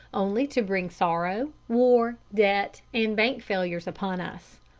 only to bring sorrow, war, debt, and bank-failures upon us.